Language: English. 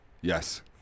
Yes